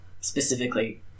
specifically